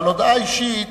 הודעה אישית